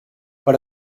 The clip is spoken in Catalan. per